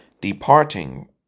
departing